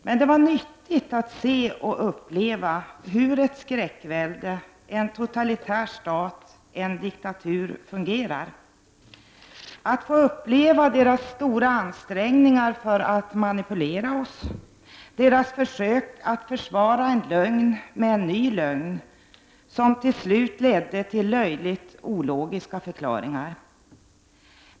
Men det var nyttigt att se och uppleva hur ett skräckvälde, en totalitär stat, en diktatur, fungerar, att få uppleva deras stora ansträngningar för att manipulera oss, deras försök att försvara en lögn med en ny lögn, som till slut ledde till löjligt ologiska förklaringar.